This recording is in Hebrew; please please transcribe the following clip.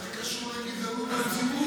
מה זה קשור לגזענות על ציבור?